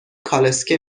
کالسکه